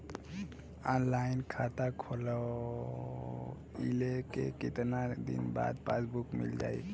Online खाता खोलवईले के कितना दिन बाद पासबुक मील जाई?